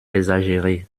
exagéré